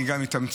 אני גם אתמצת,